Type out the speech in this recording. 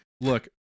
look